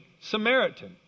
Samaritan